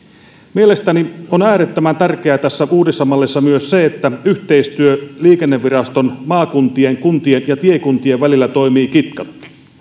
mielestäni on äärettömän tärkeää tässä uudessa mallissa myös se että yhteistyö liikenneviraston maakuntien kuntien ja tiekuntien välillä toimii kitkatta